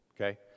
okay